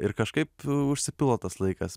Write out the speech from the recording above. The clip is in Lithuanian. ir kažkaip užsipildo tas laikas